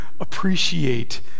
appreciate